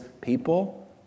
people